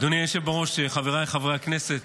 אדוני היושב בראש, חבריי חברי הכנסת,